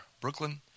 Brooklyn